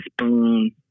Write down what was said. spoon